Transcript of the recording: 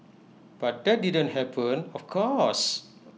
but that didn't happen of course